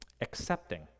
accepting